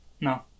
No